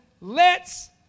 lets